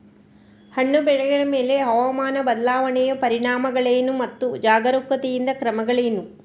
ಹಣ್ಣು ಬೆಳೆಗಳ ಮೇಲೆ ಹವಾಮಾನ ಬದಲಾವಣೆಯ ಪರಿಣಾಮಗಳೇನು ಮತ್ತು ಜಾಗರೂಕತೆಯಿಂದ ಕ್ರಮಗಳೇನು?